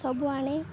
ସବୁ ଆଣେ